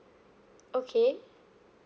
okay